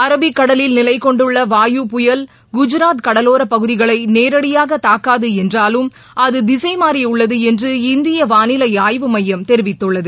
Arabic கடலில் நிலைகொண்டுள்ளவாயு புயல் குஜராத் கடலோரப் பகுதிகளைநேரடியாகதாக்காதுஎன்றாலும் அதுதிசைமாறியுள்ளதுஎன்று இந்தியவாளிலைஆய்வு மையம் தெரிவித்துள்ளது